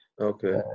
Okay